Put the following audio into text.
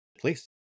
Please